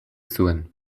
zuen